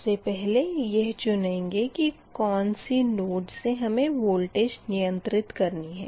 सबसे पहले यह चुनेंगे की कौन सी नोड से हमें वोल्टेज नियंत्रित करनी है